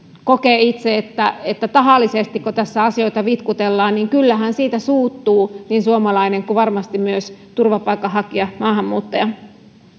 kokee itse että että tahallisestiko tässä asioita vitkutellaan että siitä suuttuu niin suomalainen kuin varmasti myös turvapaikanhakija maahanmuuttaja